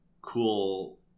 cool